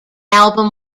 album